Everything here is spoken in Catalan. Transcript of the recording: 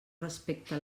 respecta